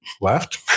left